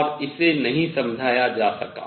और इसे नहीं समझाया जा सका